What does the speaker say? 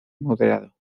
moderado